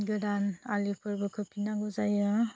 गोदान आलिफोरबो खोफिननांगौ जायो